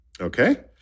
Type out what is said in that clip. Okay